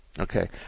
Okay